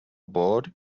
board